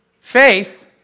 Faith